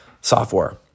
software